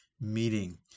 meeting